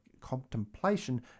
contemplation